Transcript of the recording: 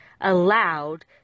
allowed